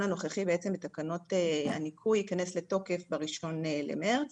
הנוכחי בעצם מתקנות הניכוי ייכנס לתוקף ב-1 למרץ